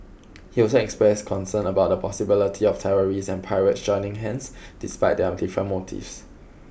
he also expressed concern about the possibility of terrorists and pirates joining hands despite their different motives